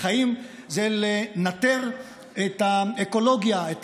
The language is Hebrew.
אני חושב שזו הידרדרות שלנו כהנהגה ציבורית במדינת ישראל.